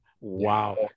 Wow